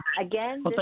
Again